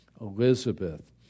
Elizabeth